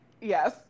Yes